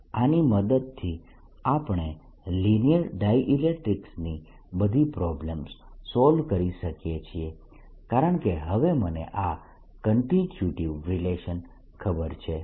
આની મદદથી આપણે લિનીયર ડાયઈલેક્ટ્રીકસની બધી પ્રોબ્લમ્સ સોલ્વ કરી શકીએ છીએ કારણકે હવે મને આ કન્સ્ટીટયુટીવ રિલેશનની ખબર છે